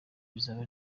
bizaba